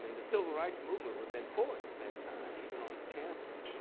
i mean the civil rights movement was in force at that time, even on the campus.